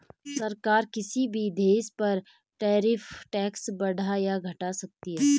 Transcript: सरकार किसी भी देश पर टैरिफ टैक्स बढ़ा या घटा सकती है